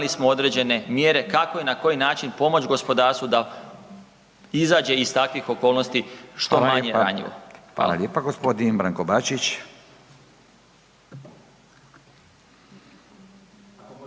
imali smo određene mjere kako i na koji način pomoći gospodarstvu da izađe iz takvih okolnosti što manje ranjivo. **Radin, Furio